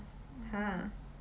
!huh!